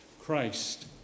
Christ